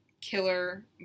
killer